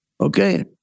Okay